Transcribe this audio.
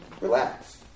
Relax